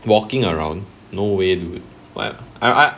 walking around no way I I